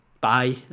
Bye